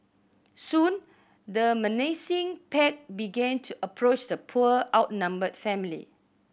soon the menacing pack began to approach the poor outnumbered family